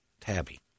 Tabby